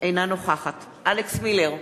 אינה נוכחת אלכס מילר,